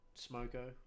smoko